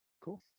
Cool